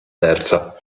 terza